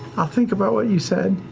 i'll think about what you said.